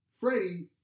Freddie